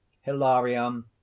Hilarion